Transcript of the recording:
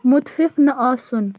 مُتفِف نہٕ آسُن